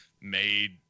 made